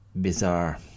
bizarre